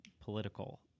political